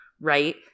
right